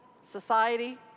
society